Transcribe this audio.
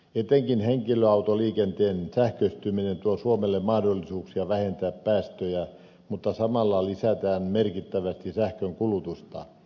etenkin henkilöautoliikenteen sähköistyminen tuo suomelle mahdollisuuksia vähentää päästöjä mutta samalla lisätään merkittävästi sähkönkulutusta